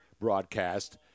broadcast